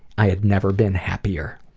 i had never been happier.